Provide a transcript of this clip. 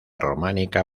románica